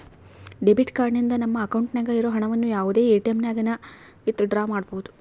debit card ನಿಂದ ನಮ್ಮ ಅಕೌಂಟ್ನಾಗ ಇರೋ ಹಣವನ್ನು ಯಾವುದೇ ಎಟಿಎಮ್ನಾಗನ ವಿತ್ ಡ್ರಾ ಮಾಡ್ಬೋದು